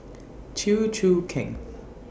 Chew Choo Keng